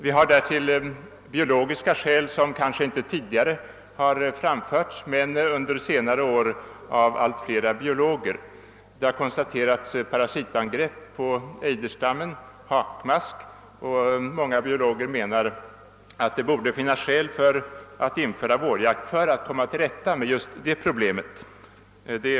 Vi har därtill biologiska skäl, som kanske inte tidigare anförts. Under senare år har av allt fler biologer konstaterats angrepp av parasiter — hakmask — på ejderstammen, och många av dem — bl.a. viltkonsulenten Karl Borg — menar att det borde finnas anledning att införa vårjakt för att komma till rätta med just detta problem.